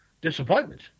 disappointment